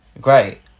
great